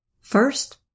First